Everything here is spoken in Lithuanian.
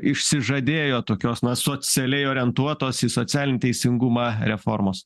išsižadėjo tokios na socialiai orientuotos į socialinį teisingumą reformos